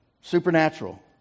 Supernatural